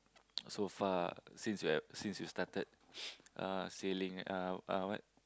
so far since you have since you started uh sailing uh uh what